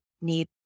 need